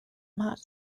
mat